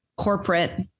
corporate